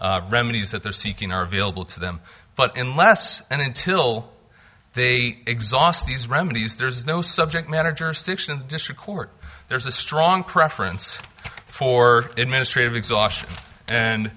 the remedies that they're seeking are available to them but unless and until they exhaust these remedies there's no subject matter jurisdiction of the district court there's a strong preference for administrative exhaustion